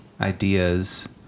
ideas